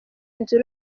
inzu